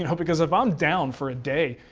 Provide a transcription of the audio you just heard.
you know because if i'm down for a day,